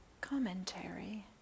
commentary